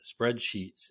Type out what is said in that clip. spreadsheets